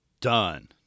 Done